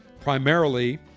primarily